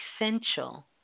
essential